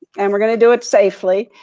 and we're gonna do it safely.